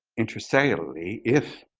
intracellularly if,